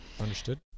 Understood